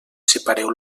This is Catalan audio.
separeu